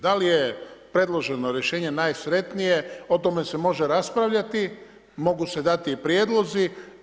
Da li je predloženo rješenje najsretnije o tome se može raspravljati, mogu se dati i prijedlozi.